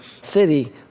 city